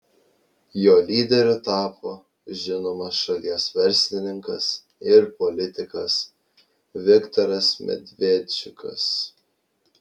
jo lyderiu tapo žinomas šalies verslininkas ir politikas viktoras medvedčiukas